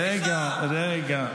רגע, רגע,